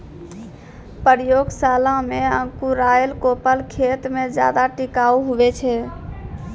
प्रयोगशाला मे अंकुराएल कोपल खेत मे ज्यादा टिकाऊ हुवै छै